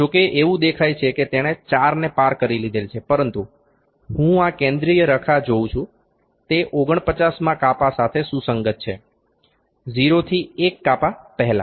જો કે એવું દેખાય છે કે તેણે 4 ને પાર કરી લીધેલ છે પરંતુ હું આ કેન્દ્રીય રેખા જોવુ છુ તે 49માં કાપા સાથે સુસંગત છે 0 થી એક કાપા પહેલા